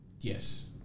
Yes